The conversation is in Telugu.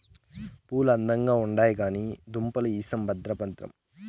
పూలు అందంగా ఉండాయి కానీ దుంపలు ఇసం భద్రం భద్రం